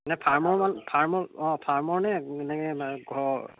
নে ফাৰ্মৰ মাল ফাৰ্মৰ অঁ ফাৰ্মৰ নে নে ঘৰৰ